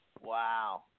Wow